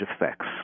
effects